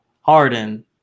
Harden